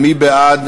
מי בעד